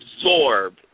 absorb